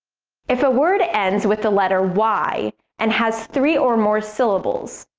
if a word ends with the letter y and has three or more syllables,